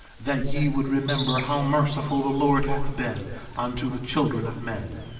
that ye would remember how merciful the lord hath been unto the children of men,